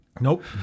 Nope